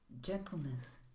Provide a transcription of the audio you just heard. Gentleness